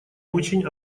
очень